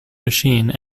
machine